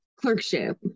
clerkship